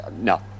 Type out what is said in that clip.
No